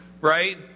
right